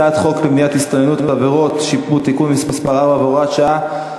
הצעת חוק למניעת הסתננות (עבירות ושיפוט) (תיקון מס' 4 והוראת שעה),